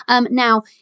Now